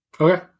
Okay